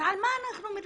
אם כן, על מה אנחנו מדברים?